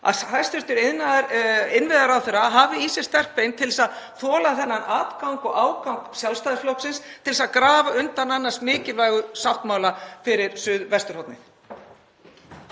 að hæstv. innviðaráðherra hafi sterk bein til að þola þennan atgang og ágang Sjálfstæðisflokksins til að grafa undan annars mikilvægum sáttmála fyrir suðvesturhornið.